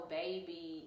baby